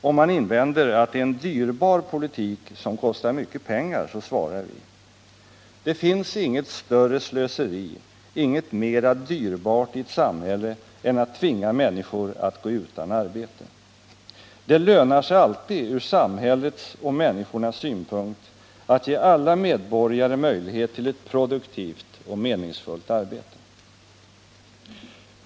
Om man invänder att det är en dyrbar politik som kostar mycket pengar så svarar vi: Det finns inget större slöseri, inget mera dyrbart i ett samhälle än att tvinga människor att gå utan arbete. Det lönar sig alltid ur samhällets och människornas synpunkt att ge alla medborgare möjlighet till ett produktivt och meningsfullt arbete.